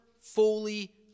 fully